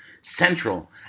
central